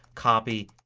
copy,